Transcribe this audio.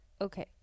okay